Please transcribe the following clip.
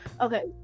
okay